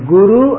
Guru